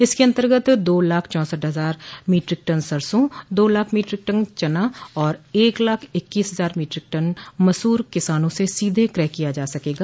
इसके अन्तर्गत दो लाख चौसठ हजार मीट्रिक टन सरसों दो लाख मीट्रिक टन चना तथा एक लाख इक्कीस हजार मीट्रिक टन मसूर किसानों से सीधे क्रय किया जा सकेगा